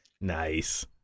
Nice